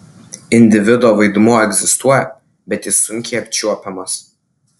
individo vaidmuo egzistuoja bet jis sunkiai apčiuopiamas